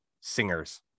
singers